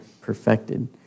Perfected